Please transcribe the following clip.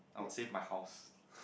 I would save my house